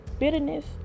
bitterness